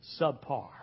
subpar